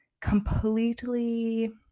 completely